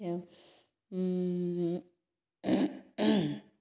এ